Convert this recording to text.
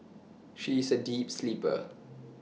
she is A deep sleeper